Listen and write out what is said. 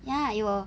ya it will